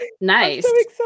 nice